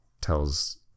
tells